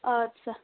اَدٕ سا